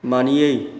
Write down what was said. मानियै